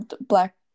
Black